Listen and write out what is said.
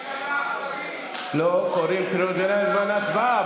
ולכן לא תהיה עכשיו הצבעה.